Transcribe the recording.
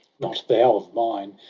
not thou of mine!